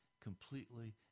completely